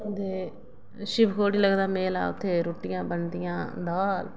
ते शिवखोड़ी लगदा मेला उत्थें रुट्टियां बनदियां दाल